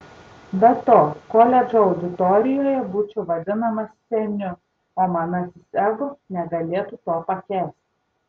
be to koledžo auditorijoje būčiau vadinamas seniu o manasis ego negalėtų to pakęsti